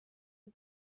and